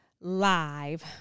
live